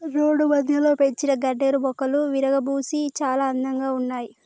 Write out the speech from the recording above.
road మధ్యలో పెంచిన గన్నేరు మొక్కలు విరగబూసి చాలా అందంగా ఉన్నాయి